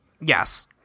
Yes